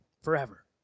forever